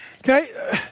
Okay